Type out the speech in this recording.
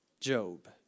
Job